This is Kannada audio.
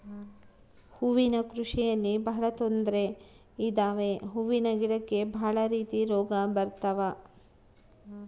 ಹೂವಿನ ಕೃಷಿಯಲ್ಲಿ ಬಹಳ ತೊಂದ್ರೆ ಇದಾವೆ ಹೂವಿನ ಗಿಡಕ್ಕೆ ಭಾಳ ರೀತಿ ರೋಗ ಬರತವ